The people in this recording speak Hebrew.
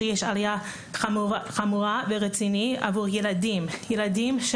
שיש עלייה חמורה ורצינית עבור ילדים של